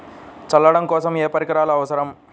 చల్లడం కోసం ఏ పరికరాలు అవసరం?